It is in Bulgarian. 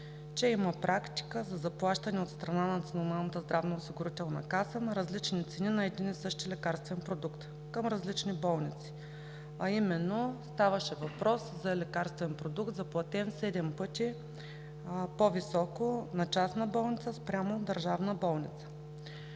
че има практика за заплащане от страна на НЗОК на различни цени на един и същи лекарствен продукт към различни болници. Ставаше въпрос за лекарствен продукт, заплатен седем пъти по-високо на частна болница спрямо държавна.